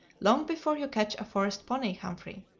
long before you catch a forest pony, humphrey.